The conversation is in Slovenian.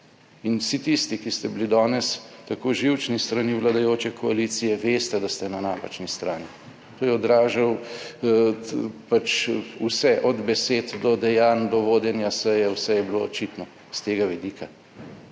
in vsi tisti, ki ste bili danes tako živčni s strani vladajoče koalicije veste, da ste na napačni strani. To je odražal pač vse od besed do dejanj do vodenja seje, vse je bilo očitno s tega vidika